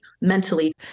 mentally